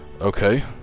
Okay